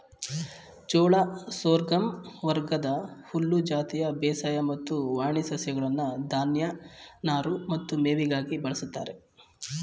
ಜೋಳ ಸೋರ್ಗಮ್ ವರ್ಗದ ಹುಲ್ಲು ಜಾತಿಯ ಬೇಸಾಯ ಮತ್ತು ವಾಣಿ ಸಸ್ಯಗಳನ್ನು ಧಾನ್ಯ ನಾರು ಮತ್ತು ಮೇವಿಗಾಗಿ ಬಳಸ್ತಾರೆ